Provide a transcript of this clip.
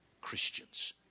Christians